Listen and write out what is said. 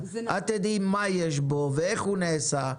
את תדעי מה יש בו ואיך הוא נעשה.